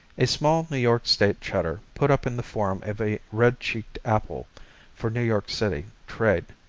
a small new york state cheddar put up in the form of a red-cheeked apple for new york city trade.